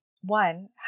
one